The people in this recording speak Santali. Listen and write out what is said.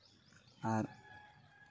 ᱟᱨ